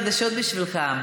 יש לי גם חדשות בשבילך.